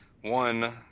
one